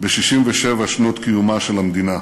ב-67 שנות קיומה של המדינה: